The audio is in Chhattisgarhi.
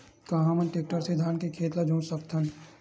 का हमन टेक्टर से धान के खेत ल जोत सकथन?